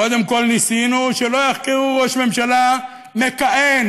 קודם כול ניסינו שלא יחקרו ראש ממשלה מכהן,